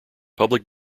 public